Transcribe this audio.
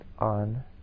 on